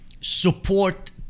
support